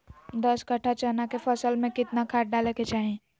दस कट्ठा चना के फसल में कितना खाद डालें के चाहि?